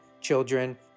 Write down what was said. children